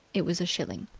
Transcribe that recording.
it was a shilling.